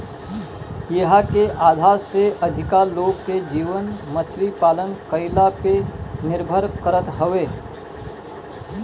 इहां के आधा से अधिका लोग के जीवन मछरी पालन कईला पे निर्भर करत हवे